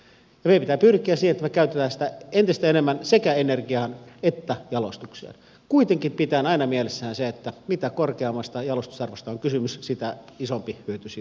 ja meidän pitää pyrkiä siihen että me käytämme sitä entistä enemmän sekä energiaan että jalostukseen kuitenkin pitäen aina mielessämme sen että mitä korkeammasta jalostusarvosta on kysymys sitä isompi hyöty siitä kansakunnalle on